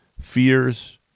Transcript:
Fears